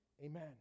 Amen